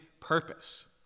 purpose